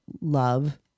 love